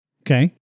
Okay